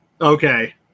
Okay